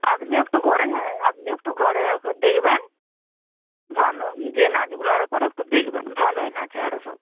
আপনি একটু ঘরে হ্যাঁ আপনি একটু ঘরে ওকে দেখবেন ভালো যে নাচগুলো আর করে একটু দেখবেন ভালোই নাচে আরো সব